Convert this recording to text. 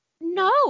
No